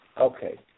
Okay